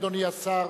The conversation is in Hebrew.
אדוני השר,